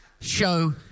show